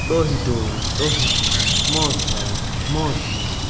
ॾोहिटो ॾोहिटी मौसा मौसी